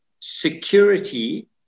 security